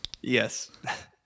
Yes